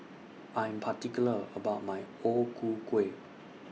I Am particular about My O Ku Kueh